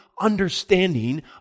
understanding